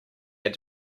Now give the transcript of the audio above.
had